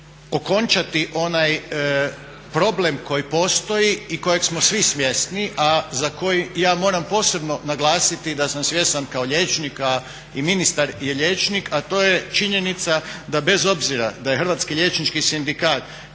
i okončati onaj problem koji postoji i kojeg smo svi svjesni, a za koji ja moram posebno naglasiti da sam svjestan kao liječnik, a i ministar i liječnik, a i to je činjenica da bez obzira da je Hrvatski liječnički sindikat